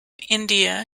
india